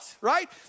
right